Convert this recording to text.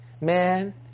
man